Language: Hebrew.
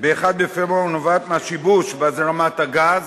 ב-1 בפברואר נובעת מהשיבוש בהזרמת הגז.